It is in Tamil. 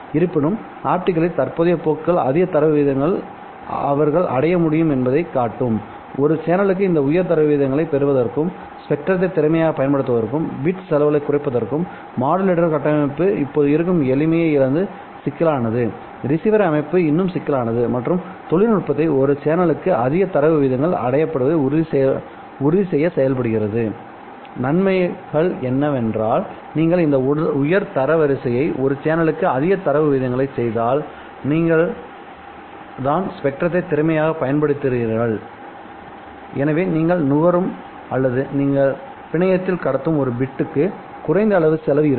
இருப்பினும் ஆப்டிகலில் தற்போதைய போக்குகள் அதிக தரவு விகிதங்களை அவர்கள் அடைய முடியும் என்பதைக் காட்டும்ஒரு சேனலுக்கு இந்த உயர் தரவு விகிதங்களைப் பெறுவதற்கும்ஸ்பெக்ட்ரத்தை திறமையாகப் பயன்படுத்துவதற்கும்பிட் செலவுகளை குறைப்பதற்கும் மாடுலேட்டர் கட்டமைப்பு இப்போது இருக்கும் எளிமையை இழந்து சிக்கலானதுரிசீவர் அமைப்பு இன்னும் சிக்கலானது மற்றும் தொழில்நுட்பத்தை ஒரு சேனலுக்கு அதிக தரவு விகிதங்கள் அடையப்படுவதை உறுதிசெய்ய செயல்படுத்துகிறது நன்மைகள் என்னவென்றால் நீங்கள் இந்த உயர் வரிசையை ஒரு சேனலுக்கு அதிக தரவு விகிதங்களைச் செய்தால் நீங்கள் தான் ஸ்பெக்ட்ரத்தை திறமையாகப் பயன்படுத்துகிறீர்கள் எனவே நீங்கள் நுகரும் அல்லது நீங்கள் பிணையத்தில் கடத்தும் ஒரு பிட்டுக்கு குறைந்த அளவு செலவு இருக்கும்